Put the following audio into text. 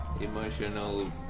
Emotional